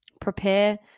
Prepare